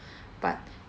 but